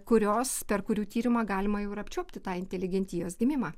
kurios per kurių tyrimą galima jau ir apčiuopti tą inteligentijos gimimą